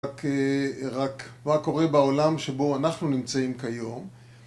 רק, רק... מה קורה בעולם שבו אנחנו נמצאים כיום